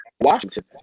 Washington